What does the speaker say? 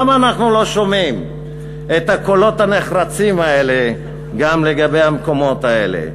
למה אנחנו לא שומעים את הקולות הנחרצים האלה גם לגבי המקומות האלה?